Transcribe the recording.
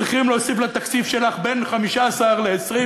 צריכים להוסיף לתקציב שלך בין 15 ל-20